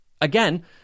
Again